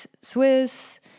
Swiss